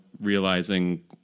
realizing